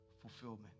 fulfillment